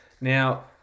Now